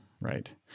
right